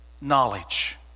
knowledge